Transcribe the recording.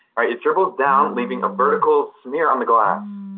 right? it dribbles down, leaving a vertical smear on the glass.